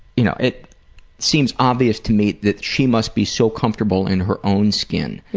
you know, it seems obvious to me that she must be so comfortable in her own skin,